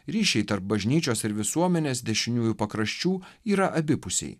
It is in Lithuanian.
ryšį tarp bažnyčios ir visuomenės dešiniųjų pakraščių yra abipusiai